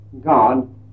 God